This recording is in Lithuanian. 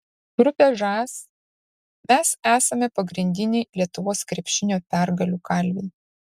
grupė žas mes esame pagrindiniai lietuvos krepšinio pergalių kalviai